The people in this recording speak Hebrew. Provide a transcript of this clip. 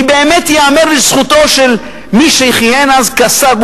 אני אומר זאת כי באמת ייאמר לזכותו של מי שכיהן אז כשר,